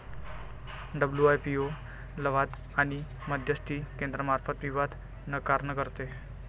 WIPO लवाद आणि मध्यस्थी केंद्रामार्फत विवाद निराकरण करते